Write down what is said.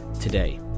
today